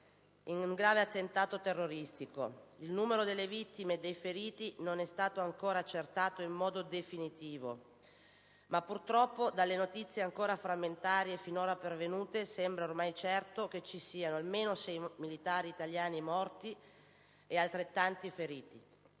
in un grave attentato terroristico. Il numero delle vittime e dei feriti non è stato ancora accertato in modo definitivo, ma purtroppo, dalle notizie ancora frammentarie finora pervenute, sembra ormai certo che ci siano almeno sei militari italiani morti e altrettanti feriti.